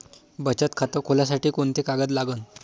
बचत खात खोलासाठी कोंते कागद लागन?